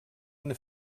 una